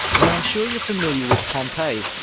now, i'm sure you're familiar with pompeii,